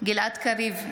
גלעד קריב,